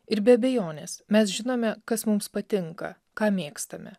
ir be abejonės mes žinome kas mums patinka ką mėgstame